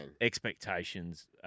Expectations